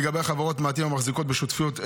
לגבי חברות המעטים המחזיקות בשותפויות,